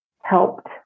helped